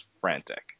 Frantic